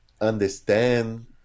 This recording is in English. understand